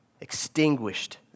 Extinguished